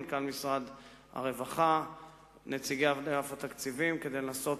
מנכ"ל משרד הרווחה ונציגי אגף התקציבים כדי לנסות